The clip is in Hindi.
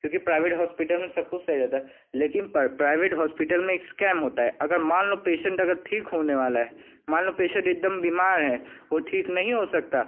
क्योंकि प्राइवेट होस्पिटल में सब कुछ सही होता है लेकिन पर प्राइवेट होस्पिटल में स्कैम होता है अगर मान लो पेशेंट अगर ठीक होने वाला होता है मान लो पेशेंट एक दम बिमार है वह ठीक नहीं हो सकता